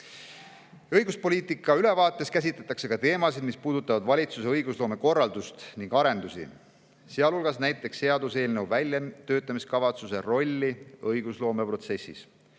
Õiguspoliitika ülevaates käsitletakse ka teemasid, mis puudutavad valitsuse õigusloomekorraldust ning arendusi, sealhulgas näiteks seaduseelnõu väljatöötamiskavatsuse rolli õigusloome protsessis,